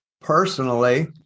personally